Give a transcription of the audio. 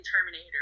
Terminator